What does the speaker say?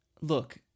Look